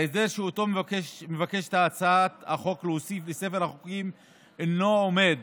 ההסדר שאותו מבקשת הצעת החוק להוסיף לספר החוקים אינו עומד